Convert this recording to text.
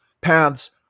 paths